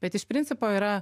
bet iš principo yra